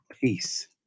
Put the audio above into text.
peace